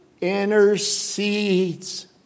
intercedes